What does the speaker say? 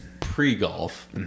pre-golf